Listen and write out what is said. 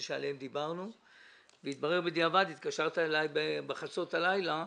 עליהם דיברנו אבל התברר בדיעבד התקשרת אלי בחצות הלילה,